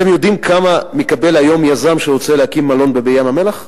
אתם יודעים כמה מקבל היום יזם שרוצה להקים מלון בים-המלח?